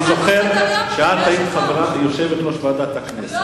אני זוכר שכשאת היית יושבת-ראש ועדת הכנסת,